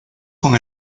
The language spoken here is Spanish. con